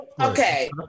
okay